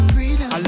Freedom